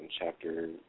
chapter